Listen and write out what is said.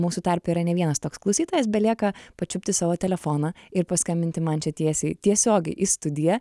mūsų tarpe yra ne vienas toks klausytojas belieka pačiupti savo telefoną ir paskambinti man čia tiesiai tiesiogiai į studiją